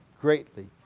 greatly